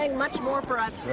and much more for ah